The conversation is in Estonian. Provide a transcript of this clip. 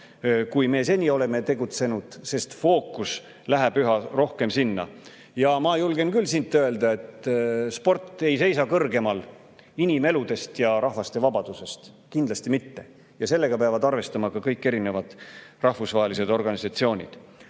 kui me seni oleme tegutsenud, sest fookus läheb üha rohkem sinna. Ja ma julgen küll öelda, et sport ei seisa kõrgemal inimeludest ja rahvaste vabadusest – kindlasti mitte. Ja sellega peavad arvestama ka kõik rahvusvahelised organisatsioonid.